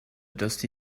dusty